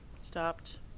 stopped